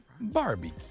Barbie